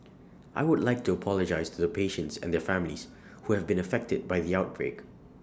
I would like to apologise to the patients and their families who have been affected by the outbreak